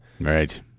Right